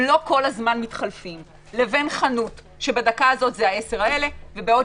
לא כל הזמן מתחלפים לבין חנות שעכשיו זה עשרה אלה ועוד